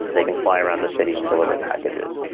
they can fly around the city and deliver packages.